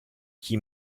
chi